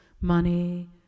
money